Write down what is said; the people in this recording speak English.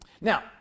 Now